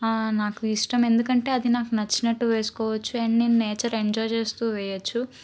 ఆ నాకు ఇష్టం ఎందుకంటే అది నాకు నచ్చినట్టు వేసుకోవచ్చు అండ్ నేను నేచర్ ఎంజాయ్ చేస్తూ వేయొచ్చు